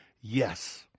yes